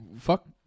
Fuck